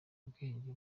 ubwenge